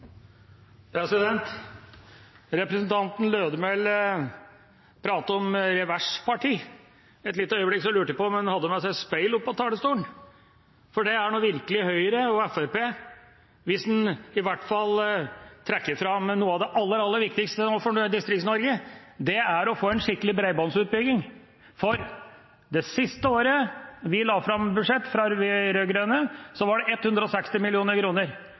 sterkt. Representanten Lødemel pratet om reverspartier. Et lite øyeblikk lurte jeg på om han hadde med seg et speil opp på talerstolen, for det er nå virkelig Høyre og Fremskrittspartiet – i hvert fall hvis en trekker fram noe av det aller, aller viktigste for Distrikts-Norge nå, og det er å få en skikkelig bredbåndsutbygging. Det siste året vi fra de rød-grønne la fram budsjett, var det 160